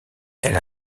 elle